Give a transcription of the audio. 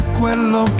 quello